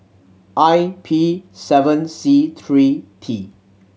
I P seven C three T